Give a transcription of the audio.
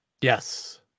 Yes